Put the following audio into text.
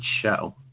show